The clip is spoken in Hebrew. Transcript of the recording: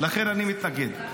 לכן אני מתנגד.